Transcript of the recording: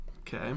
Okay